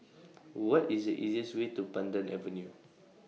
What IS The easiest Way to Pandan Avenue